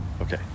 Okay